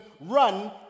Run